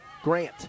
Grant